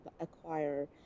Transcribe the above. acquire